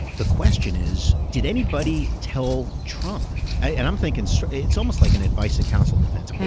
the question is did anybody tell trump. and i'm thinking it's almost like an advice counsel defense.